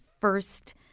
first